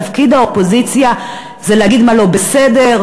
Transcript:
תפקיד האופוזיציה זה להגיד מה לא בסדר,